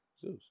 Zeus